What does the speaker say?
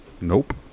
Nope